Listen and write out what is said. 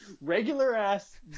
regular-ass